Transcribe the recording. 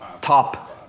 top